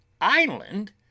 Island